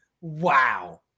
Wow